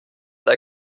der